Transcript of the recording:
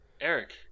Eric